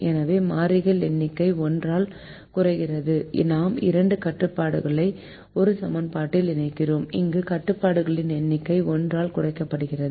எனவே மாறிகளின் எண்ணிக்கை 1 ஆல் குறைகிறது நாம் 2 கட்டுப்பாடுகளை ஒரு சமன்பாட்டில் இணைக்கிறோம் அங்கு கட்டுப்பாடுகளின் எண்ணிக்கை 1 ஆல் குறைக்கப்படுகிறது